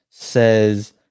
says